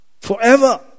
Forever